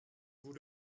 vous